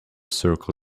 circle